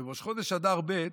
בראש חודש אדר ב'